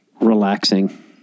relaxing